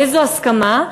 איזו הסכמה?